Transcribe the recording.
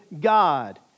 God